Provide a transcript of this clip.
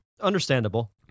Understandable